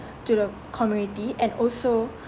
to the community and also